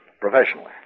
professionally